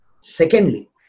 Secondly